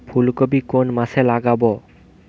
ফুলকপি কোন মাসে লাগাবো?